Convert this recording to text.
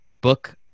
book